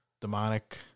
demonic